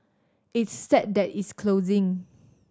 it's sad that it's closing